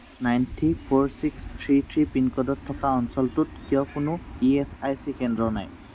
nine three four six three three pin code থকা অঞ্চলটোত কিয় কোনো ই এচ আই চি কেন্দ্র নাই